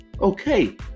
okay